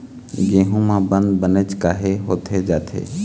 गेहूं म बंद बनेच काहे होथे जाथे?